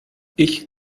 ich